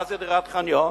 מה זה דירת חניון?